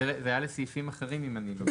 זה היה לסעיפים אחרים.